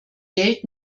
geld